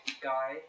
guy